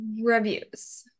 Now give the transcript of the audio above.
Reviews